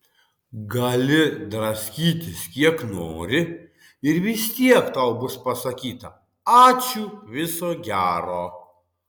gali draskytis kiek nori ir vis tiek tau bus pasakyta ačiū viso gero